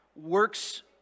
works